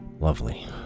Lovely